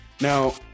Now